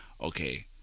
Okay